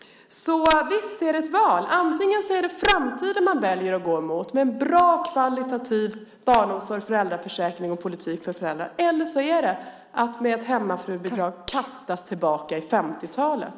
Visst är det ett val. Antingen är det framtiden man väljer att gå mot med en bra kvalitativ barnomsorg, föräldraförsäkring och politik för föräldrar, eller så är det att med ett hemmafrubidrag kastas tillbaka till 50-talet.